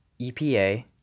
epa